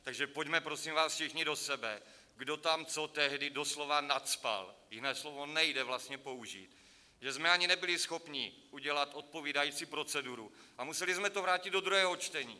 Takže pojďme, prosím vás, všichni do sebe, kdo tam co tehdy doslova nacpal, jiné slovo nejde vlastně použít, že jsme ani nebyli schopni udělat odpovídající proceduru a museli jsme to vrátit do druhého čtení.